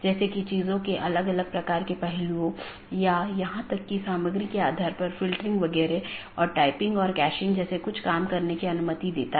इसके बजाय हम जो कह रहे हैं वह ऑटॉनमस सिस्टमों के बीच संचार स्थापित करने के लिए IGP के साथ समन्वय या सहयोग करता है